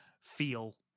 feel